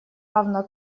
равно